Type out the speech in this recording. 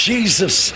Jesus